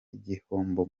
igihombo